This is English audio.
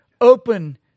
Open